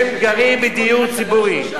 הם גרים בדיור ציבורי.